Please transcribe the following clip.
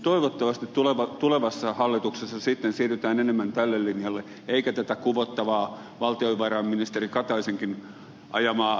toivottavasti tulevassa hallituksessa sitten siirrytään enemmän tälle linjalle eikä tätä kuvottavaa valtionvarainministeri kataisenkin ajamaa tasaverolinjaa jatketa